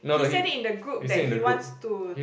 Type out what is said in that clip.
he said it in the group that he wants to